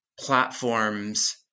platforms